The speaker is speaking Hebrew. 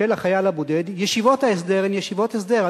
של החייל הבודד, ישיבות ההסדר הן ישיבות הסדר.